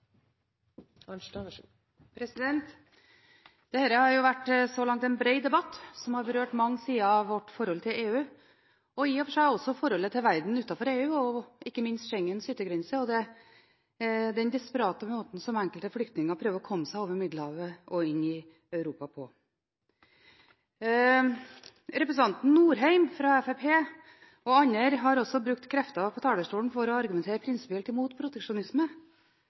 har så langt vært en bred debatt som har berørt mange sider av vårt forhold til EU, og i og for seg også forholdet til verden utenfor EU og ikke minst Schengens yttergrense og den desperate måten som enkelte flyktninger prøver å komme seg over Middelhavet og inn i Europa på. Representanten Norheim fra Fremskrittspartiet, og også andre, har brukt krefter på talerstolen for å argumentere prinsipielt imot proteksjonisme.